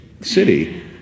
city